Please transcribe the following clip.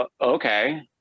okay